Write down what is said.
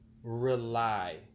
rely